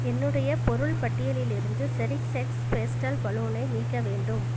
என்னுடைய பொருள் பட்டியலிலிருந்து செரிஷ்எக்ஸ் பேஸ்டல் பலூனை நீக்க வேண்டும்